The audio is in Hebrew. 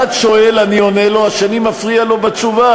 אחד שואל, אני עונה לו, השני מפריע לו בתשובה.